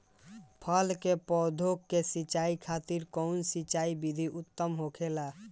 फल के पौधो के सिंचाई खातिर कउन सिंचाई विधि उत्तम होखेला?